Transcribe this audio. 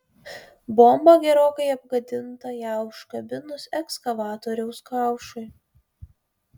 bomba gerokai apgadinta ją užkabinus ekskavatoriaus kaušui